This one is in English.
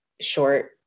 short